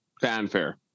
fanfare